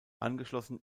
angeschlossen